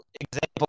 example